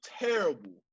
terrible